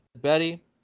Betty